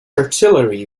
artillery